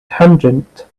tangent